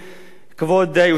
כבוד היושב-ראש.